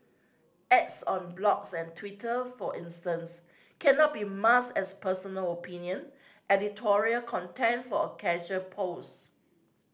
ads on blogs and Twitter for instance cannot be masked as personal opinion editorial content or a casual post